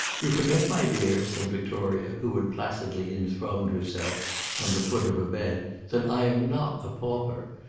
you forget, my dear, said victoria, who had placidly enthroned herself on the foot of a bed, that i am not a pauper.